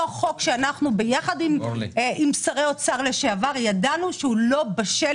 חוק שאנחנו ביחד עם שרי אוצר לשעבר ידענו שהוא לא בשל,